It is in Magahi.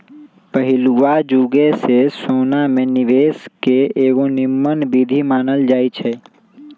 पहिलुआ जुगे से सोना निवेश के एगो निम्मन विधीं मानल जाइ छइ